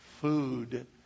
food